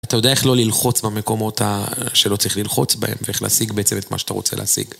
אתה יודע איך לא ללחוץ במקומות שלא צריך ללחוץ בהם, ואיך להשיג בעצם את מה שאתה רוצה להשיג